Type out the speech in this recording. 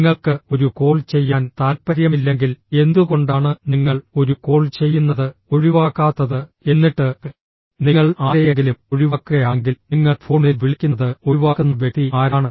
നിങ്ങൾക്ക് ഒരു കോൾ ചെയ്യാൻ താൽപ്പര്യമില്ലെങ്കിൽ എന്തുകൊണ്ടാണ് നിങ്ങൾ ഒരു കോൾ ചെയ്യുന്നത് ഒഴിവാക്കാത്തത് എന്നിട്ട് നിങ്ങൾ ആരെയെങ്കിലും ഒഴിവാക്കുകയാണെങ്കിൽ നിങ്ങൾ ഫോണിൽ വിളിക്കുന്നത് ഒഴിവാക്കുന്ന വ്യക്തി ആരാണ്